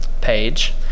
page